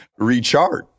rechart